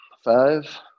Five